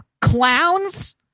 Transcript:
clowns